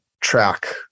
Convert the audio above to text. track